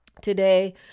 today